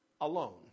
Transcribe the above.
alone